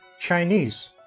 Chinese